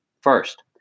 first